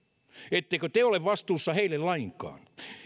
ettekö te ole vastuussa heille lainkaan